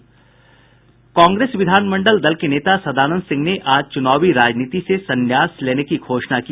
कांग्रेस विधानमंडल दल के नेता सदानंद सिंह ने आज चुनावी राजनीति से संन्यास लेने की घोषणा की